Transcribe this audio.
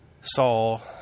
Saul